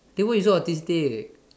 then why you so autistic